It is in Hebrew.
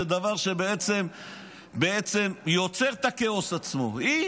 זה דבר שבעצם יוצר את הכאוס עצמו, היא